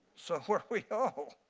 so where we all.